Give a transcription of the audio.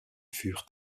furent